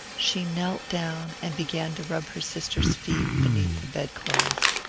she knelt down and began to rub her sister's feet beneath the bedclothes.